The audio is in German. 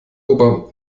ober